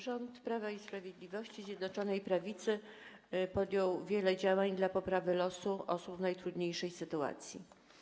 Rząd Prawa i Sprawiedliwości, Zjednoczonej Prawicy podjął wiele działań na rzecz poprawy losu osób w najtrudniejszej sytuacji.